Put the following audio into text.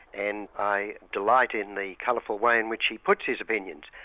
and i delight in the colourful way in which he puts his opinions.